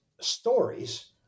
stories